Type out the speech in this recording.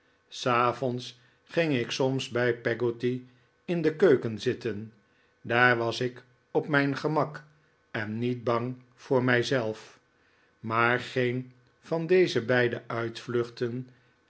s avonds ging ik soms bij peggotty in de keuken zitten daar was ik op mijn gemak en niet bang voor mijzelf maar geen van deze beide uitvluchten